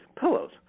Pillows